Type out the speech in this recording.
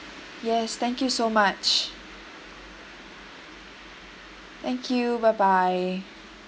yes thank you so much thank you bye bye